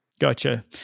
gotcha